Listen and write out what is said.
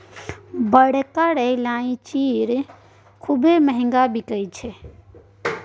बड़का ईलाइची खूबे महँग बिकाई छै